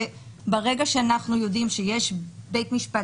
שברגע שאנחנו יודעים שיש בית משפט